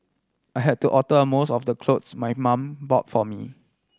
I had to alter most of the clothes my mum bought for me